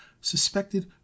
suspected